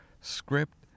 script